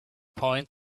point